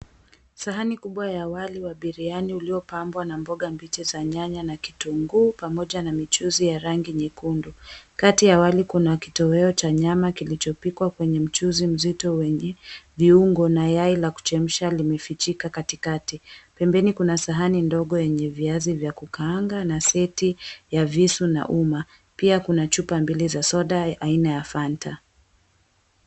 Sahani kubwa ya wali wa biriani uliopambwa na mboga mbichi za nyanya na kitunguu pamoja na michuzi ya rangi nyekundu kati ya wali kuna kitoweo cha nyama kilichopikwa kwenye mchuzi mzito wenye viungo na yai la kuchemsha limefichika katikati pembeni kuna sahani ndogo yenye viazi vya kukaanga na seti ya visu na uma pia kuna chupa mbili za soda ya aina ya Fanta.